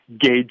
gauge